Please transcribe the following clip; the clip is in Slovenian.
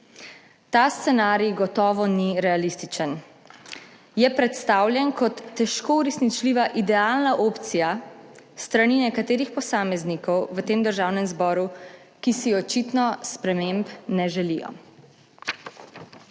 Ta scenarij gotovo ni realističen, je predstavljen kot težko uresničljiva, idealna opcija s strani nekaterih posameznikov v tem Državnem zboru, ki si očitno sprememb ne želijo.